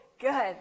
good